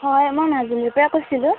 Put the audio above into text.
হয় মই মাজুলীৰ পৰা কৈছিলোঁ